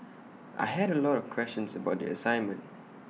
I had A lot of questions about the assignment